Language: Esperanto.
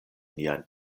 nian